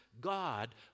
God